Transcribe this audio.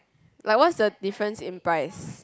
like what's the difference in price